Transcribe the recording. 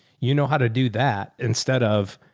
you know how to do that instead of,